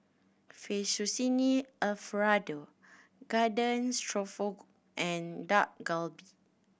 Fettuccine Alfredo Garden and Dak Galbi